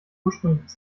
ursprünglichen